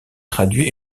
traduit